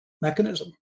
mechanism